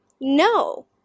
No